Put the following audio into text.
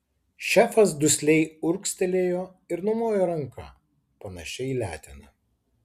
šefas dusliai urgztelėjo ir numojo ranka panašia į leteną